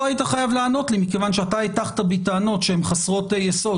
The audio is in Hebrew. לא היית חייב לענות לי מכיוון שאתה הטחת בי טענות שהן חסרות יסוד,